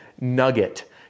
nugget